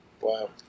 Wow